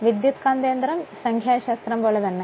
transformer സംഖ്യാശാസ്ത്രം പോലെ തന്നെ